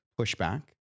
pushback